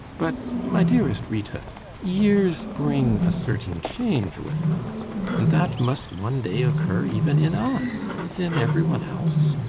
but, my dearest rita years bring a certain change with them and that must one day occur even in us as in everyone else.